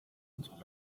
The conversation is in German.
unsere